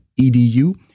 EDU